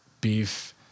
beef